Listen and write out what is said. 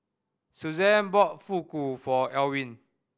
Suzan bought Fugu for Elwyn